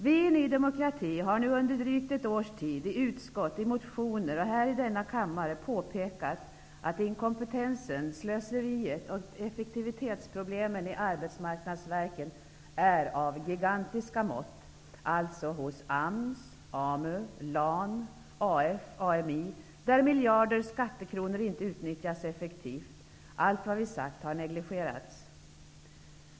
Vi i Ny demokrati har nu under drygt ett års tid, i utskott, i motioner och här i denna kammare påpekat att inkompetensen, slöseriet och effektivitetsproblemen i Arbetsmarknadsverket är av gigantiska mått. Det är fråga om AMS, AMU, LAN, AF och AMI, där miljarder skattekronor inte utnyttjas effektivt. Allt vad vi sagt har negligerats.